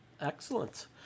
excellent